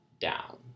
down